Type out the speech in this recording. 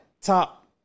top